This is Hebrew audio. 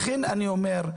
לכן אני אומר,